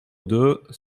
deux